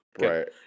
Right